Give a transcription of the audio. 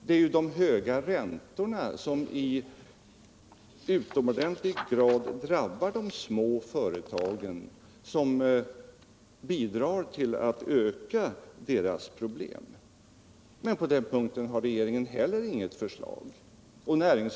Det är ju de höga räntorna som utomordentligt starkt drabbar medelstora de små företagen och bidrar till att öka deras problem. Men på den punk = företagens utveckten har regeringen heller inget förslag.